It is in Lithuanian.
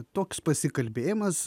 toks pasikalbėjimas